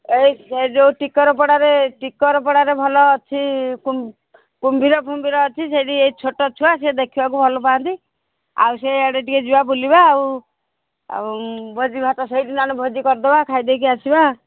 ଏଇ ଯୋଉ ଟିକରପଡ଼ାରେ ଟିକରପଡ଼ାରେ ଭଲ ଅଛି କୁମ୍ଭୀର ଫୁମ୍ଭୀର ଅଛି ସେଇଠି ଏଇ ଛୋଟ ଛୁଆ ସିଏ ଦେଖିବାକୁ ଭଲ ପାଆନ୍ତି ଆଉ ସିଆଡ଼େ ଟିକିଏ ଯିବା ବୁଲିବା ଆଉ ଆଉ ଭୋଜି ଭାତ ସେଇଠି ନହେଲେ ଭୋଜି କରିଦେବା ଖାଇଦେଇକି ଆସିବା